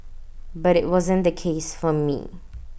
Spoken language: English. but IT wasn't the case for me